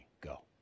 Go